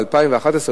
ב-2011,